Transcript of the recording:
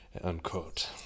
Unquote